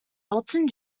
elton